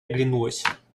оглянулась